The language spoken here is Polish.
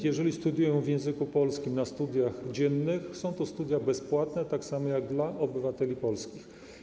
Jeżeli studiują w języku polskim na studiach dziennych, są to studia bezpłatne, tak samo jak dla obywateli polskich.